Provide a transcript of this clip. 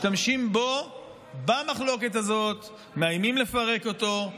משתמשים בו במחלוקת הזאת, מאיימים לפרק אותו,